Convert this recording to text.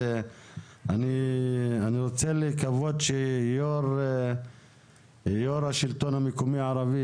אני רוצה לקוות שיו"ר השלטון המקומי הערבי